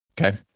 Okay